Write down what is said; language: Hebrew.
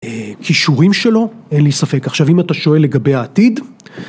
כישורים שלו אין לי ספק עכשיו אם אתה שואל לגבי העתיד